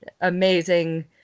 amazing